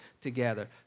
together